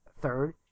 third